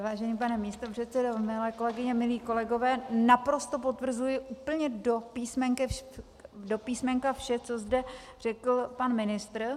Vážený pane místopředsedo, milé kolegyně, milí kolegové, naprosto potvrzuji úplně do písmenka vše, co zde řekl pan ministr.